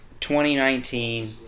2019